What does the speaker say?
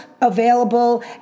available